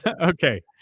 Okay